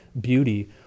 beauty